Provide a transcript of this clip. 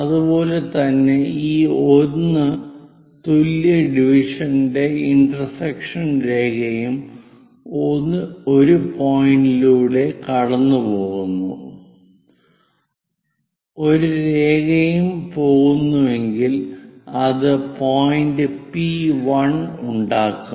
അതുപോലെ തന്നെ ഈ 1 തുല്യ ഡിവിഷന്റെ ഇന്റർസെക്ഷൻ രേഖയും 1 പോയിന്റിലൂടെ കടന്നുപോകുന്ന ഒരു രേഖയും പോകുന്നുവെങ്കിൽ അത് പോയിന്റ് പി 1 ഉണ്ടാക്കും